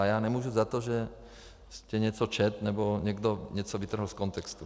A já nemůžu za to, že jste něco četl nebo někdo něco vytrhl z kontextu.